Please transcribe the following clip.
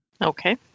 Okay